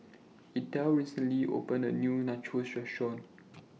Ethel recently opened A New Nachos Restaurant